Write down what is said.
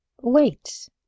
Wait